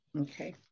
okay